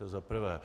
To za prvé.